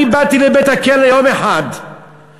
אני באתי יום אחד לבית-הכלא,